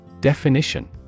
Definition